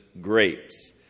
grapes